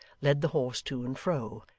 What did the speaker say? led the horse to and fro,